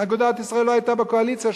אגודת ישראל לא היתה בקואליציה,